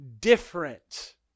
different